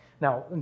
Now